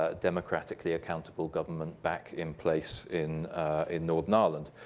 ah democratically accountable government back in place in in northern ireland,